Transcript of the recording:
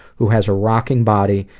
who has a rocking body,